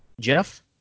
jeff